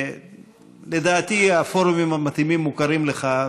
ולדעתי הפורומים המתאימים מוכרים לך.